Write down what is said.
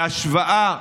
בהשוואה,